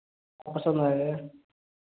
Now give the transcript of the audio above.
पसंद आया है